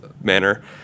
manner